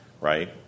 right